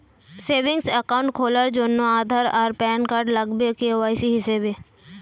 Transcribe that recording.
savings account খোলার জন্যে আধার আর প্যান কার্ড লাগবে কে.ওয়াই.সি হিসেবে